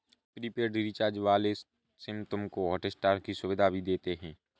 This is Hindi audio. कुछ प्रीपेड रिचार्ज वाले सिम तुमको हॉटस्टार की सुविधा भी देते हैं